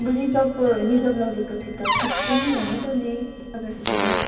अब रिजर्भको रिजर्भ लग्यो पछि त पिक पनि हुनुपर्ने तपाईँहरूकोमा